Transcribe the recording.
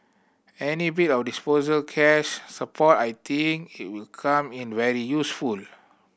any bit of cash support I think it will come in very useful